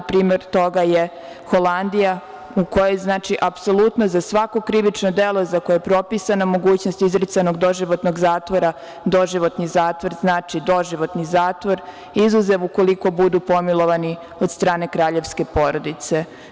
Primer toga je Holandija u kojoj apsolutno za svako krivično delo za koje je propisana mogućnost izricanja doživotnog zatvora, doživotni zatvor znači doživotni zatvor, izuzev ukoliko budu pomilovani od strane kraljevske porodice.